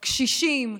קשישים,